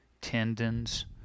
tendons